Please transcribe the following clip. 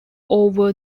over